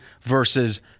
versus